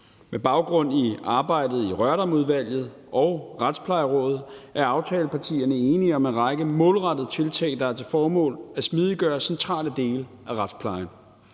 Med baggrund i arbejdet i Rørdamudvalget og Retsplejerådet er aftalepartierne enige om en række målrettede tiltag, der har til formål at smidiggøre centrale dele af retsplejen.